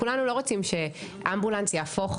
אז כולנו לא רוצים שאמבולנס יהפוך,